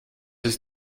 ist